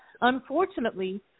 Unfortunately